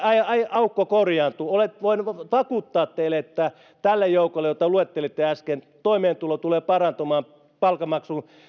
aukko korjaantuu voin vakuuttaa teille että tälle joukolle jonka luettelitte äsken toimeentulo tulee parantumaan palkanmaksun